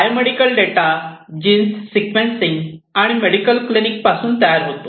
biomedical data genes sequencing आणि medical clinic पासून तयार होतो